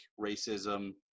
racism